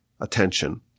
attention